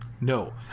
No